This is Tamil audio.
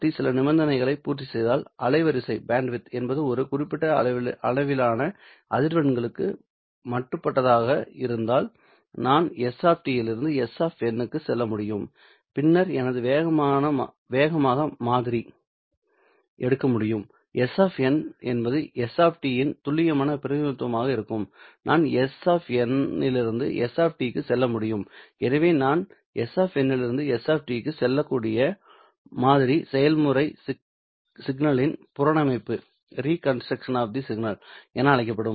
S சில நிபந்தனைகளை பூர்த்திசெய்தால் அலைவரிசை என்பது ஒரு குறிப்பிட்ட அளவிலான அதிர்வெண்களுக்கு மட்டுப்படுத்தப்பட்டதாக இருந்தால் நான் s இலிருந்து s க்கு செல்ல முடியும் பின்னர் எனக்கு வேகமாக மாதிரி எடுக்க முடியும் s என்பது s இன் துல்லியமான பிரதிநிதித்துவமாக இருக்கும் நான் s இலிருந்து s க்கு செல்ல முடியும் எனவே நான் s இலிருந்து s க்கு செல்லக்கூடிய மாதிரி செயல்முறை சிக்னலின் புனரமைப்பு என அழைக்கப்படும்